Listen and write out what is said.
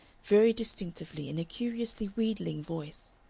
very distinctly in a curiously wheedling voice.